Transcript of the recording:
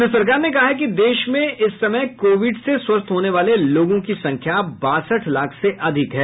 केन्द्र सरकार ने कहा है कि देश में इस समय कोविड से स्वस्थ होने वाले लोगों की संख्या बासठ लाख से अधिक है